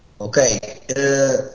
Okay